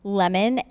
lemon